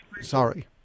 Sorry